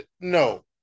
no